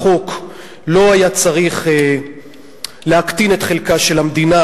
החוק לא היה צריך להקטין את חלקה של המדינה,